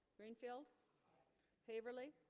greenfield haverly